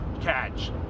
catch